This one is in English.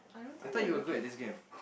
I thought you were good at this game